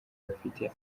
bafite